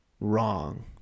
wrong